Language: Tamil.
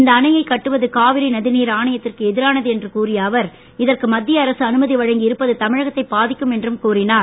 இந்த அணையை கட்டுவது காவிரி நிதி நீர் ஆணையத்திற்கு எதிரானது என்று கூறிய அவர் இதற்கு மத்திய அரசு அனுமதி வழங்கி இருப்பது தமிழகத்தை பாதிக்கும் என்றும் கூறினார்